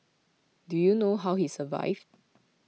do you know how he survived